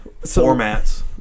formats